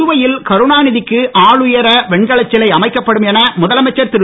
புதுவையில் கருணாநிதிக்கு ஆளுயர வெண்கலச் சிலை அமைக்கப்படும் என முதலமைச்சர் திரு